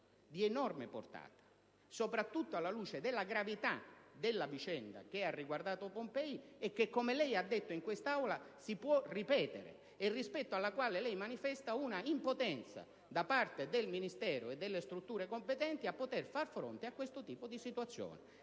di enorme portata, soprattutto alla luce della gravità della vicenda che ha riguardato Pompei e che, come da lei affermato in quest'Aula, si può ripetere, e rispetto alla quale lei manifesta un'impotenza da parte del Ministero e delle strutture competenti a far fronte a questo tipo di situazione.